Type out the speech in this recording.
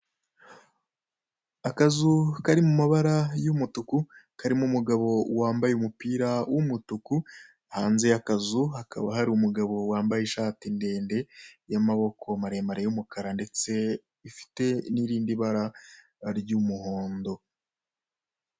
Akazu kari mu mabara y'umutuku karimo umugabo wambaye umupira w'umutuku, hanze y'akazu hakaba hari umugabo wambaye ishati ndende, y'amaboko maremare y'umukara ndetse ifite n'irindi bara ry'umuhondo.